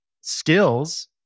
skills